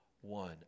one